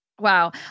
Wow